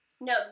no